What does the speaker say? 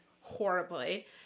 horribly